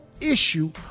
issue